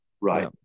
Right